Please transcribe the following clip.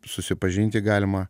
susipažinti galima